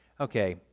okay